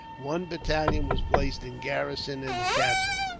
one battalion was placed in garrison in the castle.